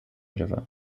river